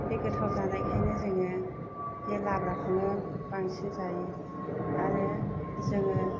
बे गोथाव जानायखायनो जोङो बे लाब्राखौनो बांसिन जायो आरो जोङो